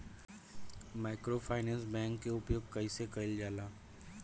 Microfinance bank के उपयोग कइसे कइल जाला?